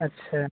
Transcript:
अच्छा